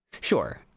Sure